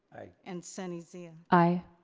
i. and sunny zia. i.